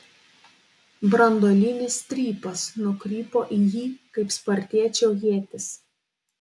branduolinis strypas nukrypo į jį kaip spartiečio ietis